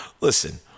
Listen